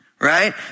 right